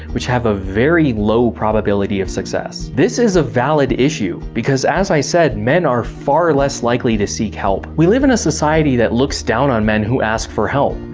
which have a very low probability of success. this is a valid issue, because as i said, men are far less likely to seek help. we live in a society that looks down on men who ask for help,